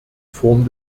form